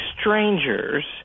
strangers